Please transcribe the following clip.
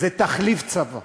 זה תחליף צבא.